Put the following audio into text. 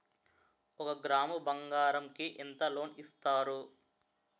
ఒక గ్రాము బంగారం కి ఎంత లోన్ ఇస్తారు?